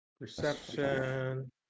Perception